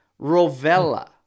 Rovella